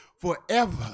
forever